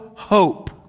hope